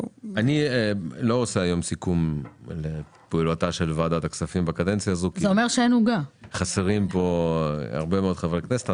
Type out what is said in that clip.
לא נעשה היום סיכום של פעולת הוועדה מכיוון שחסרים פה הרבה מחבריה.